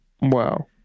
Wow